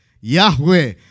Yahweh